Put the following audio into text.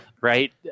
right